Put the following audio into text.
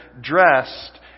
dressed